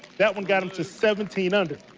that one got him to seventeen under.